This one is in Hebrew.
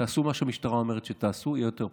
תעשו מה שהמשטרה אומרת שתעשו, יהיה יותר פשוט.